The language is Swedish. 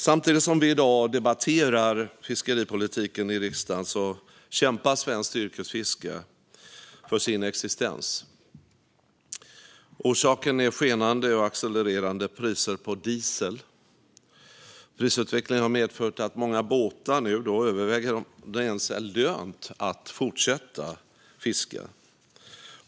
Samtidigt som vi i dag debatterar fiskeripolitiken i riksdagen kämpar svenskt yrkesfiske för sin existens. Orsaken är skenande och accelererande priser på diesel. Prisutvecklingen har medfört att fiskare på många båtar nu överväger om det ens är lönt att fortsätta fiska.